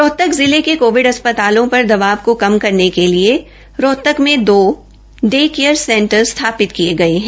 रोहतक जिले के कोविड अस्प्तालों पर दबाब को कम करने के लिए रोहतक में टू डेयर केयर सेंटर स्थापित किये गये है